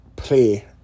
play